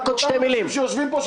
עם אותם אנשים שיושבים פה.